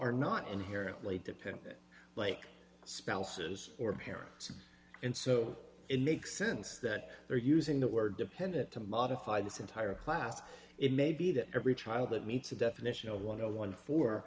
are not inherently dependant like spouses or parents and so it makes sense that they're using the word dependent to modify this entire class it may be that every child that meets the definition of want to one for